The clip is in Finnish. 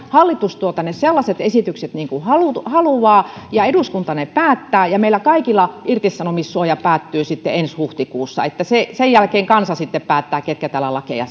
hallitus tuo tänne sellaiset esitykset kuin haluaa ja eduskunta ne päättää ja meillä kaikilla irtisanomissuoja päättyy ensi huhtikuussa sen jälkeen kansa sitten päättää ketkä täällä lakeja